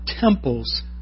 temples